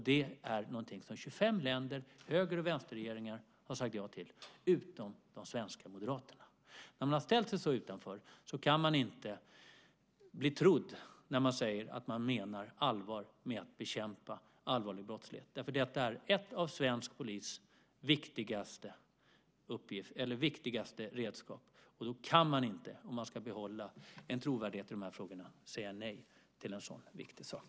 Det är någonting som 25 länder, höger och vänsterregeringar, har sagt ja till, utom de svenska Moderaterna. När man har ställt sig så utanför kan man inte bli trodd när man säger att man menar allvar med att bekämpa allvarlig brottslighet. Detta är ett av svensk polis viktigaste redskap, och om man ska behålla en trovärdighet i de här frågorna kan man inte säga nej till en så viktig sak.